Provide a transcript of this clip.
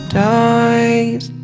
dies